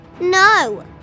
No